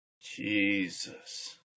Jesus